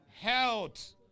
Health